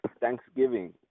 thanksgiving